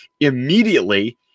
immediately